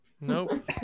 Nope